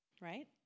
Right